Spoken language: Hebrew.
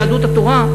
יהדות התורה,